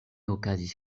okazis